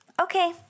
Okay